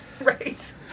Right